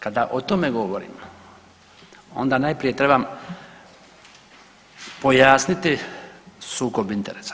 Kada o tome govorimo onda najprije trebam pojasniti sukob interesa.